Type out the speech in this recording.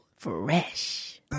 Fresh